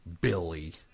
Billy